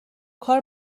کار